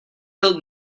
built